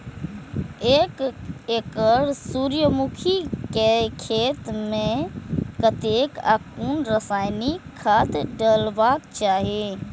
एक एकड़ सूर्यमुखी केय खेत मेय कतेक आ कुन रासायनिक खाद डलबाक चाहि?